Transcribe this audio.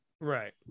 Right